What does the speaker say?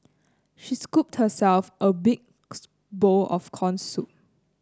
she scooped herself a big bowl of corn soup